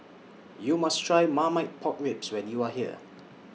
YOU must Try Marmite Pork Ribs when YOU Are here